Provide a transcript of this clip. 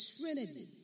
trinity